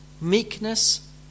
meekness